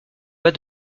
pas